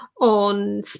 on